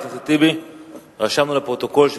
שם לפחות,